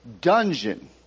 dungeon